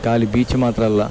ಖಾಲಿ ಬೀಚ್ ಮಾತ್ರ ಅಲ್ಲ